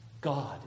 God